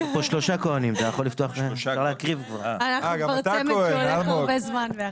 אנחנו כבר צמד שהולך הרבה זמן ביחד.